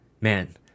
Man